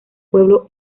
pueblo